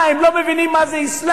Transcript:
מה, הם לא מבינים מה זה אסלאם?